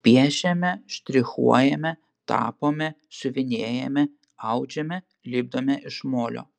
piešiame štrichuojame tapome siuvinėjame audžiame lipdome iš molio